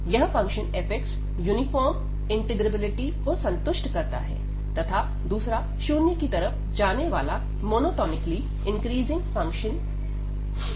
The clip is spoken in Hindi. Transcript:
यह फंक्शन fx यूनिफॉर्म इंटीग्रेबिलिटी को संतुष्ट करता है तथा दूसरा शून्य की तरफ जाने वाला मोनोटोनिकली डिक्रीजिंग फंक्शन है